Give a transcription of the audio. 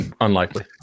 Unlikely